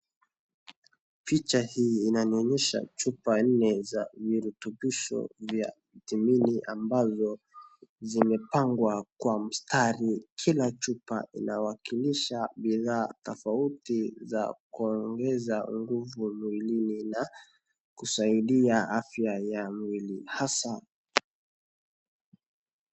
Picha hii inanionyesha chupa nne za virutubisho vya vitamini ambavyo zimepangwa kwa mstari, kila chupa inawakilisha bidhaa tofauti za kuongeza nguvu mwilini na kusaidia afya ya mwili hasaa.